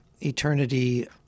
eternity